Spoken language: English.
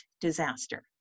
disaster